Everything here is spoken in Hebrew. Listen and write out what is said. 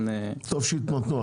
טוב שהם התמתנו,